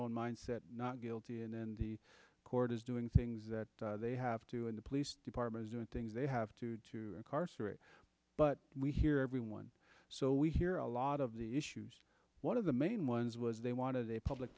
own mindset not guilty and then the court is doing things that they have to in the police department doing things they have to to incarcerate but we hear everyone so we hear a lot of the issues one of the main ones was they wanted a public